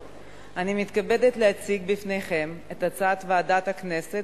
אני מתכבדת להציג בפניכם את הצעת ועדת הכנסת